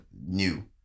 new